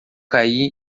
caí